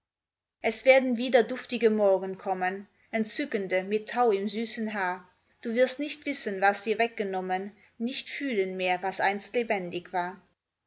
es werden wieder duftige morgen kommen entzückende mit tau im süßen haar du wirst nicht wissen was dir weggenommen nicht fühlen mehr was einst lebendig war